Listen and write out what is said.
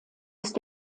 ist